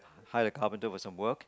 hired a carpenter with some work